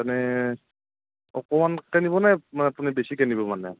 মানে অকণমানকৈ নিবনে নে আপুনি বেছিকৈ নিব মানে